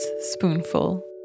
spoonful